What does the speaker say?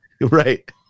Right